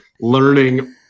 learning